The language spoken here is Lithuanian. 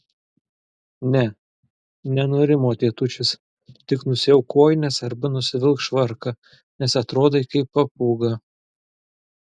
ne nenurimo tėtušis tik nusiauk kojines arba nusivilk švarką nes atrodai kaip papūga